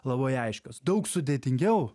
labai aiškios daug sudėtingiau